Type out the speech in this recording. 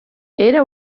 era